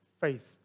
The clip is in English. faith